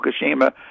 Fukushima